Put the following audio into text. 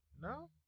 No